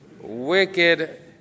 wicked